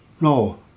No